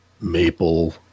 maple